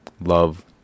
love